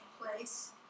place